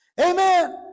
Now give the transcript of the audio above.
amen